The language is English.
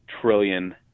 trillion